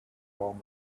paul